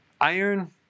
Iron